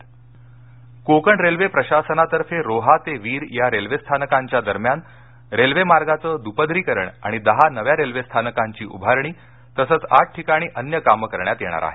Konkan Railway Navi Mumbai Konkan railway प्रशासनातर्फे रोहा ते वीर या रेल्वेस्थानकांच्या दरम्यान रेल्वेमार्गाचं दुपदरीकरण आणि दहा नव्या रेल्वे स्थानकांची उभारणी तसंच आठ ठिकाणी अन्य कामं करण्यात येणार आहेत